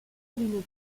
une